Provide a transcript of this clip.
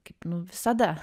kaip nu visada